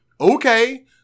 Okay